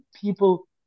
people